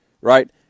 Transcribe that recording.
right